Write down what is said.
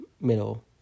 middle